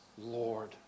Lord